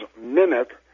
mimic